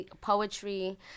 Poetry